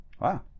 wow